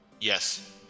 Yes